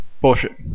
Bullshit